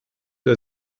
der